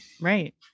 right